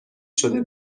شده